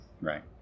Right